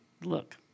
look